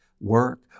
work